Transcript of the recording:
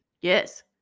Yes